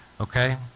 Okay